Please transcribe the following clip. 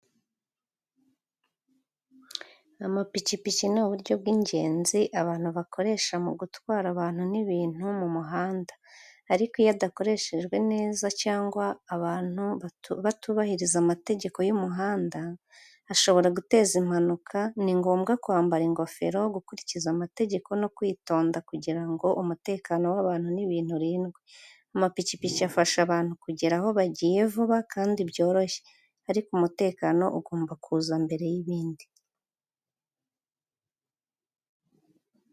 Amapikipiki ni uburyo bw’ingenzi abantu bakoresha mu gutwara abantu n’ibintu mu muhanda. Ariko, iyo adakoreshwa neza cyangwa abantu batubahiriza amategeko y’umuhanda, ashobora guteza impanuka. Ni ngombwa kwambara ingofero, gukurikiza amategeko no kwitonda kugira ngo umutekano w’abantu n’ibintu urindwe. Amapikipiki afasha abantu kugera aho bagiye vuba kandi byoroshye, ariko umutekano ugomba kuza mbere y’ibindi.